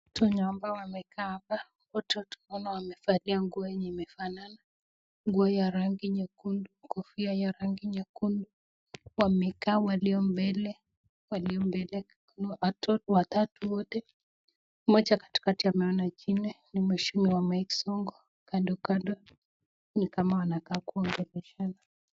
Watu wenye kaa hapa, wote tunaona wamevalia nguo amabye imefanana , nguo ya rangi nyekundu , kofia ya rangi nyekundu, wamekaa walio mbele ni watatu wote, mmoja aliye katikati na mwigine mheshimiwa Mike Sonko kandokando ni kama wanakaa kuongeleshana.